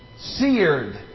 seared